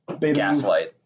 gaslight